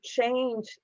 change